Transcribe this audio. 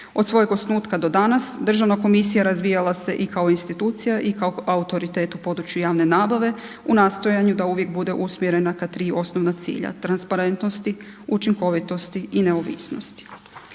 Od svojeg osnutka do danas državna komisija razvijala se i kao institucija i kao autoritet u području javne nabave u nastojanju da uvijek bude usmjerena ka 3 osnovna cilja, transparentnosti, učinkovitosti i neovisnosti.